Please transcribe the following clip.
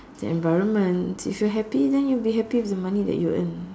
the environment if you happy then you'll be happy with the money that you earn